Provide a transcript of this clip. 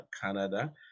Canada